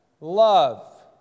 love